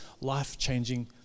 life-changing